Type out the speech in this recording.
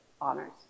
honors